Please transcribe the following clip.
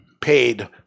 paid